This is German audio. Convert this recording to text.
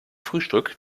frühstück